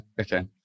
Okay